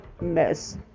mess